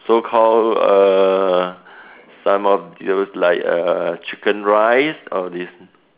so call err some of those like uh chicken rice all these